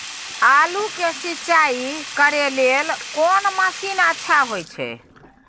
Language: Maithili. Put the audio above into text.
आलू के सिंचाई करे लेल कोन मसीन अच्छा होय छै?